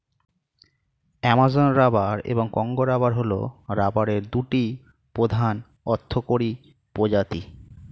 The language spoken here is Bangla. অ্যামাজন রাবার এবং কঙ্গো রাবার হল রাবারের দুটি প্রধান অর্থকরী প্রজাতি